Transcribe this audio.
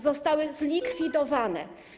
Zostały zlikwidowane.